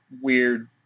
weird